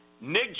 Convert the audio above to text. Nick